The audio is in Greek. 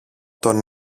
τον